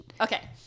Okay